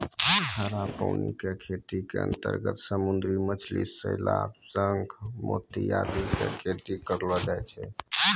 खारा पानी के खेती के अंतर्गत समुद्री मछली, शैवाल, शंख, मोती आदि के खेती करलो जाय छै